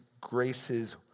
graces